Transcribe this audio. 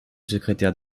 secrétaire